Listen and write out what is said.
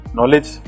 Knowledge